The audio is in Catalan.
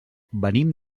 venim